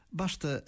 basta